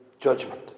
judgment